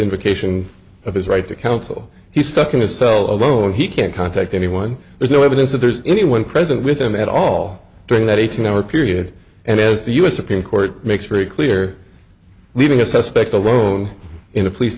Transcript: invocation of his right to counsel he's stuck in a cell alone he can't contact anyone there's no evidence that there's anyone present with him at all during that eighteen hour period and as the the supreme court makes very clear leaving a suspect alone in a police